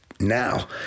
Now